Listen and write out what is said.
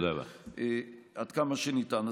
עד כמה שניתן.